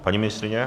Paní ministryně?